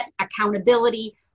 accountability